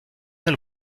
del